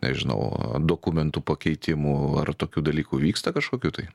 nežinau dokumentų pakeitimų ar tokių dalykų vyksta kažkokių tai